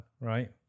right